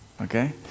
okay